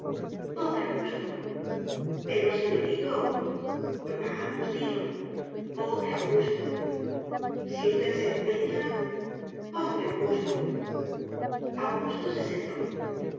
pobre augusto pero señorito vamos dilo pobre augusto si usted se empeña pobre augusto augusto se sentó